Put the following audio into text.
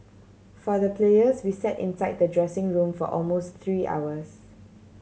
for the players we sat inside the dressing room for almost three hours